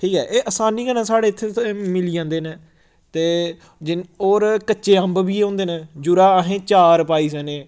ठीक ऐ एह् असानी कन्नै साढ़े इत्थै ते म मिली जंदे न ते जिन और कच्चे अम्ब बी होंदे न जेह्दा अस चार पाई सकने